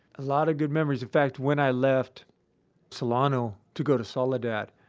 a lot of good memories. in fact, when i left solano to go to solidad,